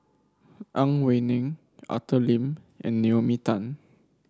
Ang Wei Neng Arthur Lim and Naomi Tan